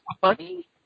funny